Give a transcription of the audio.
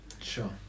sure